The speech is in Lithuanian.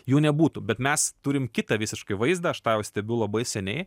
jų nebūtų bet mes turim kitą visiškai vaizdą aš tą jau stebiu labai seniai